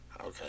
Okay